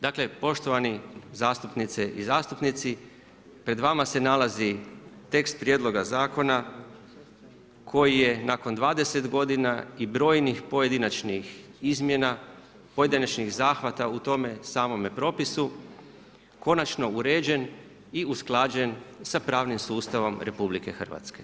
Dakle, poštovane i zastupnici, pred vama se nalazi tekst prijedloga zakona koji je nakon 20 godina i brojnih pojedinačnih izmjena, pojedinačnih zahvata u tome samome propisu, konačno uređen i usklađen sa pravim sustavom RH.